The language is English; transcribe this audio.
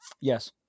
Yes